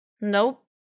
Nope